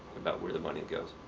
about where the money goes.